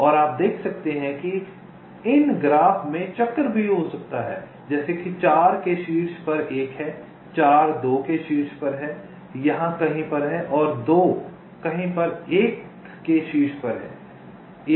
और आप देख सकते हैं कि इन ग्राफ में चक्र भी हो सकता है जैसे कि 4 के शीर्ष पर 1 है 4 2 के शीर्ष पर है यहाँ कहीं पर है और 2 कहीं पर 1 के शीर्ष पर है